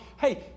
hey